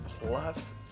plus